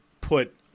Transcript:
put